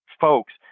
folks